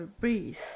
breathe